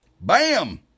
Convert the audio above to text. Bam